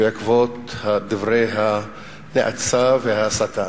בעקבות דברי הנאצה וההסתה,